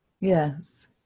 Yes